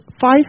five